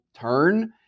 turn